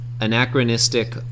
anachronistic